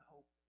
hope